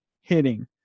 hitting